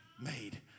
made